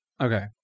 Okay